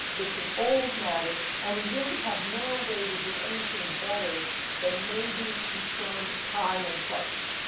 it's an old matter, and we really have no way to do anything better than maybe confirm time and place.